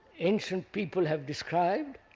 ancient people have described,